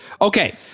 Okay